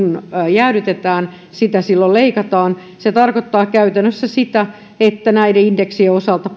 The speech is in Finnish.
jäädytetään kyllä sitä silloin leikataan se tarkoittaa käytännössä sitä että näiden indeksien osalta